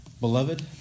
Beloved